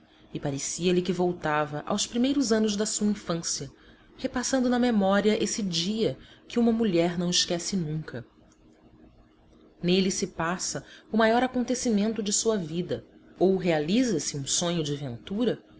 e parecia-lhe que voltava aos primeiros anos da sua infância repassando na memória esse dia que uma mulher não esquece nunca nele se passa o maior acontecimento de sua vida ou realiza se um sonho de ventura